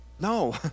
No